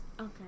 Okay